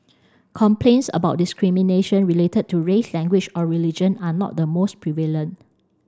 complaints about discrimination related to race language or religion are not the most prevalent